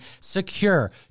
Secure